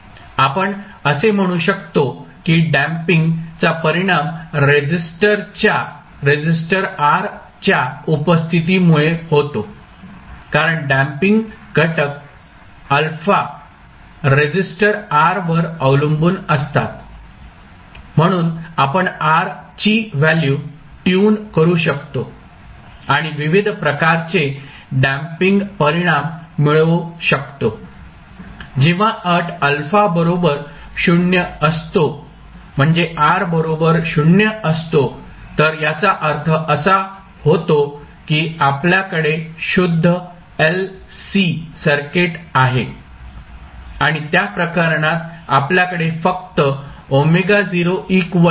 आपण असे म्हणू शकतो की डॅम्पिंग चा परिणाम रेसिस्टर R च्या उपस्थितीमुळे होतो कारण डॅम्पिंग घटक α रेसिस्टर R वर अवलंबून असतात म्हणून आपण R ची व्हॅल्यू ट्यून करू शकतो आणि विविध प्रकारचे डॅम्पिंग परिणाम मिळवू शकतो जेव्हा अट α बरोबर 0 असतो म्हणजे R बरोबर 0 असतो तर याचा अर्थ असा होतो की आपल्याकडे शुद्ध LC सर्किट आहे आणि त्या प्रकरणात आपल्याकडे फक्त असेल